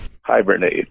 hibernate